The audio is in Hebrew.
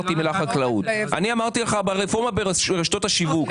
אני דיברתי על הרפורמה ברשתות השיווק.